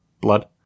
blood